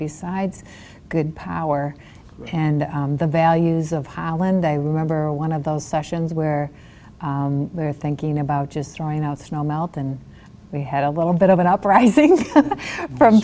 besides good power and the values of highland i remember one of those sessions where they're thinking about just throwing out snow melt and we had a little bit of an uprising from